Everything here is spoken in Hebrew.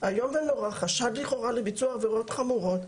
איום ונורא, חשד לכאורה לביצוע עבירות חמורות.